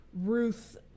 Ruth